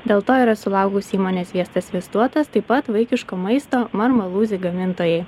dėl to yra sulaukusi įmonės sviestas sviestuotas taip pat vaikiško maisto marmalūzi gamintojai